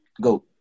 Go